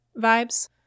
vibes